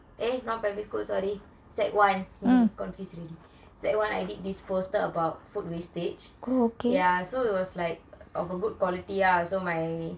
eh not primary school sorry sec one confused sorry I did this poster about food wastage so it was like of a good quality so my